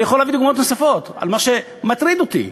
אני יכול להביא דוגמאות נוספות למה שמטריד אותי,